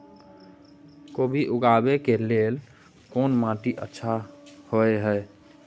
कोबी उगाबै के लेल कोन माटी अच्छा होय है?